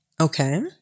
Okay